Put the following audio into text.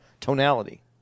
tonality